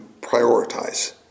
prioritize